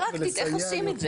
פרקטית איך עושים את זה?